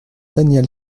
daniel